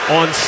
on